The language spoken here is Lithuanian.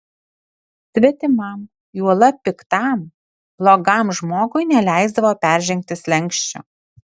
svetimam juolab piktam blogam žmogui neleisdavo peržengti slenksčio